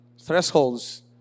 thresholds